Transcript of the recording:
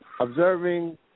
Observing